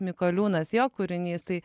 mikoliūnas jo kūrinys tai